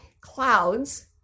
Clouds